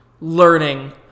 learning